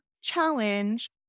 challenge